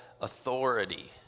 authority